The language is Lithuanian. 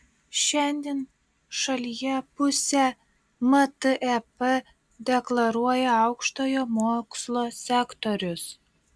šiandien šalyje pusę mtep deklaruoja aukštojo mokslo sektorius